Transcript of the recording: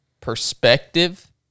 perspective